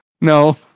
No